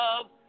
love